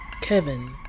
Kevin